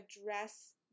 address